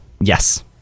Yes